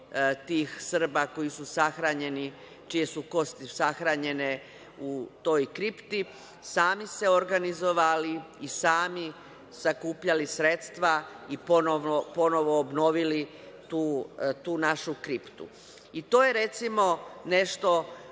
tih Srba koji su sahranjeni, čije su kosti sahranjene u toj kripti, sami se organizovali i sami sakupljali sredstva i ponovo obnovili tu našu kriptu. To je mesto